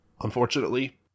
unfortunately